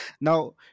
Now